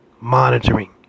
monitoring